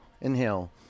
Inhale